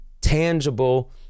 tangible